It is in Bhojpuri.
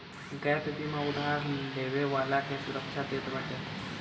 गैप बीमा उधार लेवे वाला के सुरक्षा देत बाटे